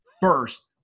First